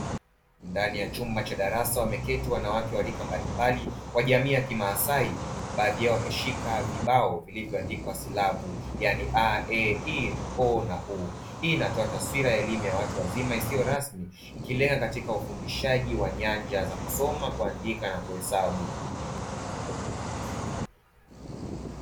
Ndani ya chumba cha darasa wameketi wanawake wa rika mbalimbali wa jamii ya kimaasai baadhi yao wameshika vibao vilivyoandikwa silabu yani, (a e i o na u). Hii inatoa taswira ya elimu ya watu wazima isiyo rasmi ikilenga katika ufundishaji wa nyanja za kusoma, kuandika na kuhesabu.